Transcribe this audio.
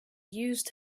used